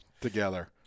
together